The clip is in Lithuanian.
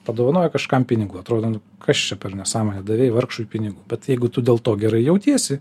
padovanoja kažkam pinigų atrodo nu kas čia per nesąmonė davei vargšui pinigų bet jeigu tu dėl to gerai jautiesi